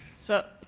so